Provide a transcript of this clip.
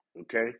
Okay